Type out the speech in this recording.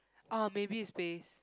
ah maybe it's base